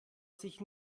sich